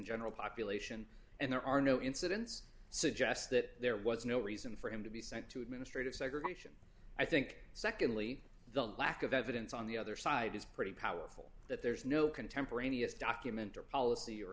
general population and there are no incidents suggests that there was no reason for him to be sent to administrative segregation i think secondly the lack of evidence on the other side is pretty powerful that there is no contemporaneous document or policy or